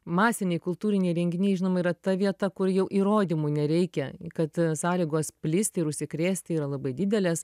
masiniai kultūriniai renginiai žinoma yra ta vieta kur jau įrodymų nereikia kad sąlygos plisti ir užsikrėsti yra labai didelės